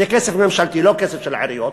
וזה כסף ממשלתי ולא כסף של העיריות,